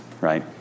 right